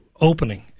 opening